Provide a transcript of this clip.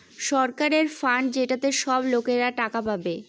সরকারের ফান্ড যেটাতে সব লোকরা টাকা পাবে